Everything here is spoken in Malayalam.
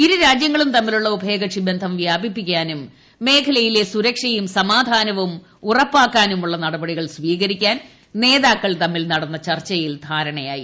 ഇരുരാജൃങ്ങളും തമ്മിലുള്ള ഉഭയകക്ഷി ബന്ധം വ്യാപിപ്പിക്കാനും മേഖലയിലെ സുരക്ഷയും സമാധാനവും ഉറപ്പാക്കാനുമുള്ള നടപടികൾ സ്വീകരിക്കാൻ നേതാക്കൾ തമ്മിൽ നടന്ന ചർച്ചയിൽ ധാരണയായി